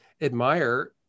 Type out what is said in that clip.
admire